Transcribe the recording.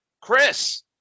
Chris